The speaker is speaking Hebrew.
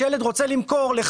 או שזו הגדרה של דירת מעטפת,